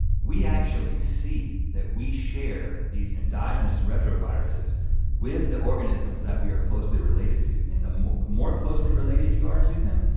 we actually see that we share these endogenous retroviruses with the organisms that we're closely related to and the more more closely related you are to them,